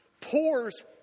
pours